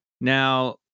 now